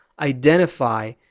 identify